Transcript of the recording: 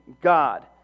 God